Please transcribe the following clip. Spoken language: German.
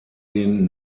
den